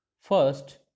first